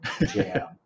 jam